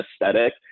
aesthetic